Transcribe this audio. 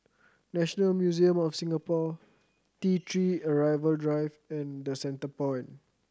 National Museum of Singapore T Three Arrival Drive and The Centrepoint